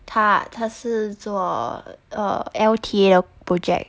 她啊她是做 err L_T_A 的 project